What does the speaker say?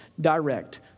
direct